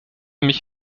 mich